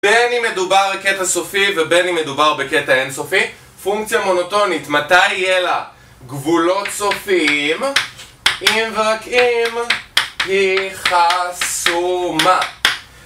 בין אם מדובר בקטע סופי ובין אם מדובר בקטע אינסופי, פונקציה מונוטונית, מתי יהיה לה... גבולות סופיים? אם ורק אם, היא ח-סו-מה.